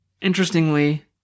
interestingly